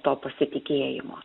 to pasitikėjimo